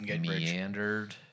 meandered